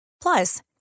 Plus